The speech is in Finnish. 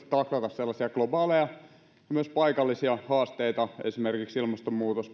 taklata sellaisia globaaleja ja myös paikallisia haasteita kuin esimerkiksi ilmastonmuutos